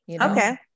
Okay